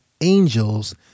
angels